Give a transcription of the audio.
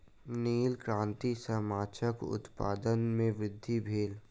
नील क्रांति सॅ माछक उत्पादन में वृद्धि भेल